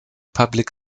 public